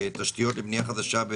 תשתיות לבנייה חדשה,